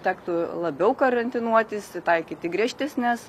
tektų labiau karantinuotis ir taikyti griežtesnes